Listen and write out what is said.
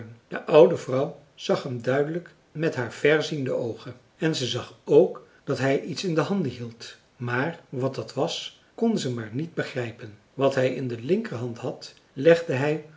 de oude vrouw zag hem duidelijk met haar vèrziende oogen en ze zag ook dat hij iets in de handen hield maar wat dat was kon ze maar niet begrijpen wat hij in de linkerhand had legde hij